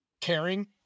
caring